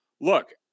Look